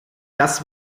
das